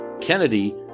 Kennedy